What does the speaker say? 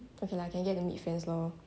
okay lah can get to meet friends loh